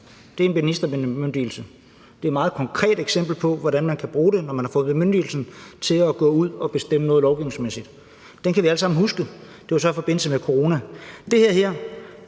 Det er en ministerbemyndigelse. Det er et meget konkret eksempel på, hvordan man kan bruge det, når man har fået bemyndigelsen til at gå ud og bestemme noget lovgivningsmæssigt. Den kan vi alle sammen huske, det var så i forbindelse med corona.